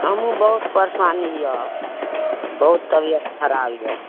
हमहुँ बहुत परशानी यऽ बहुत तबियत खराब यऽ